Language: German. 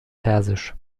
persisch